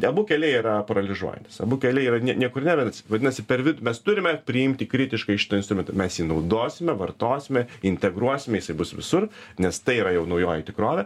abu keliai yra paralyžiuojantys abu keliai yra ne niekur nevedantys vadinasi per vid mes turime priimti kritiškai šitą instrumentą mes jį naudosime vartosime integruosime jisai bus visur nes tai yra jau naujoji tikrovė